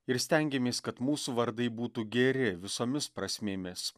ir stengiamės kad mūsų vardai būtų geri visomis prasmėmis